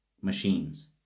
machines